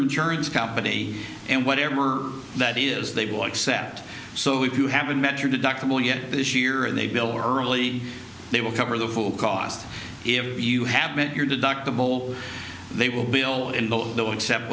insurance company and whatever that is they will accept so if you haven't met your deductible yet this year and they bill or early they will cover the full cost if you have met your deductible they will b